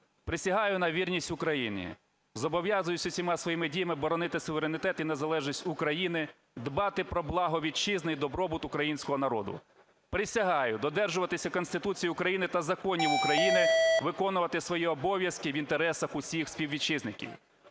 "Присягаю на вірність Україні. Зобов'язуюсь усіма своїми діями боронити суверенітет і незалежність України, дбати про благо Вітчизни і добробут Українського народу. Присягаю додержуватися Конституції України та законів України, виконувати свої обов'язки в інтересах усіх співвітчизників".